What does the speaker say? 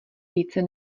více